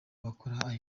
bakora